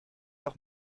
doch